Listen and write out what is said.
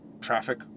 traffic